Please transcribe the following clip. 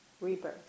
rebirth